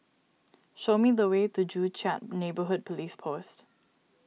show me the way to Joo Chiat Neighbourhood Police Post